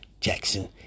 Jackson